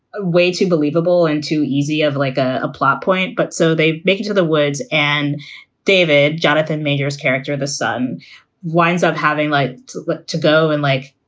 way to believable and too easy of like a plot point. but so they make it to the woods. and david. jonathan meijers character, the sun winds up having like to to go and like,